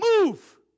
move